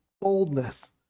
boldness